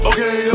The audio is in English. Okay